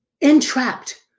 entrapped